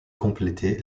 complété